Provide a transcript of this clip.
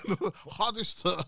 Hardest